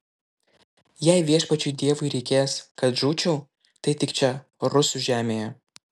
jei viešpačiui dievui reikės kad žūčiau tai tik čia rusų žemėje